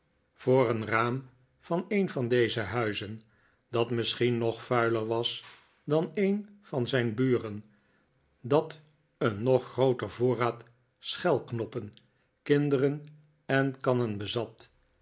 voor een raam van een van deze huizen dat misschien nog vuiler was dan een van zijn buren dat een nog grooter voorraad schelknoppen kinderen en kannen bezat